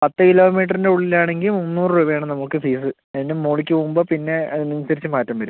പത്ത് കിലോ മീറ്ററിൻ്റെ ഉള്ളിൽ ആണെങ്കിൽ മുന്നൂറ് രൂപ ആണ് നമുക്ക് ഫീസ് അതിൻ്റെ മുകളിലേക്ക് പോകുമ്പോൾ പിന്നെ അതിനനുസരിച്ച് മാറ്റം വരും